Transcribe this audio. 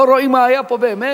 לא רואים מה היה פה באמת?